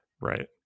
Right